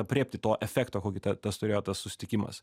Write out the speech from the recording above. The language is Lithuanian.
aprėpti to efekto kokį tas turėjo tas susitikimas